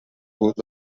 بود